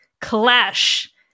Clash